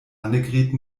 annegret